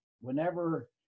whenever